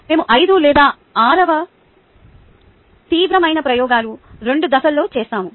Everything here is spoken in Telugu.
మేము 5 లేదా 6 తీవ్రమైన ప్రయోగాలు 2 దశలు చేస్తాము